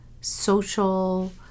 social